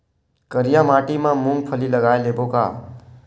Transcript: करिया माटी मा मूंग फल्ली लगय लेबों का?